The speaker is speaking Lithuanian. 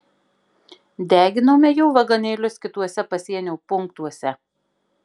deginome jų vagonėlius kituose pasienio punktuose